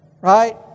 right